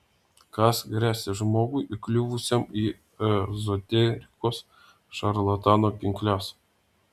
kas gresia žmogui įkliuvusiam į ezoterikos šarlatano pinkles